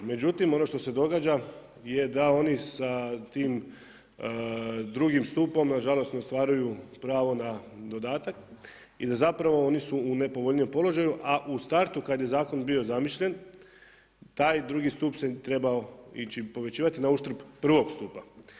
Međutim ono što se događa je da oni sa tim drugim stupom nažalost ne ostvaruju pravo na dodatak i oni su u nepovoljnijem položaju, a u startu kada je zakon bio zamišljen taj drugi stup se trebao ići povećavati na uštrb prvog stupa.